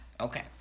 Okay